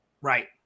Right